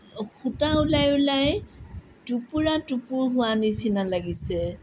সূতা ওলাই ওলাই টোপুৰা টুপুৰ হোৱা নিচিনা লাগিছে